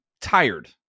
tired